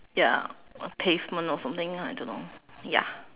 ya a pavement or something I don't know ya